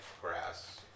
grass